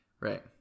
Right